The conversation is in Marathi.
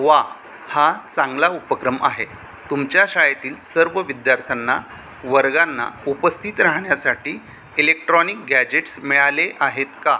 वा हा चांगला उपक्रम आहे तुमच्या शाळेतील सर्व विद्यार्थ्यांना वर्गांना उपस्थित राहण्यासाठी इलेक्ट्रॉनिक गॅजेट्स मिळाले आहेत का